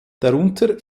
darunter